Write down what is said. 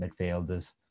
midfielders